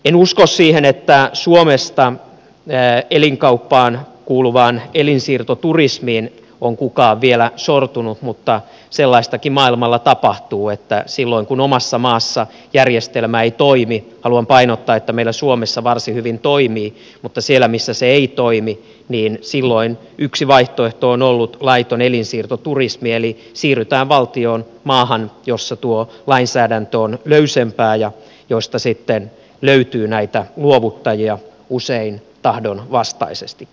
en usko siihen että suomesta elinkauppaan kuuluvaan elinsiirtoturismiin on kukaan vielä sortunut mutta sellaistakin maailmalla tapahtuu että silloin kun omassa maassa järjestelmä ei toimi haluan painottaa että meillä suomessa varsin hyvin toimii mutta siellä missä se ei toimi yksi vaihtoehto on laiton elinsiirtoturismi eli siirrytään valtioon maahan jossa tuo lainsäädäntö on löysempää ja josta sitten löytyy näitä luovuttajia usein tahdon vastaisestikin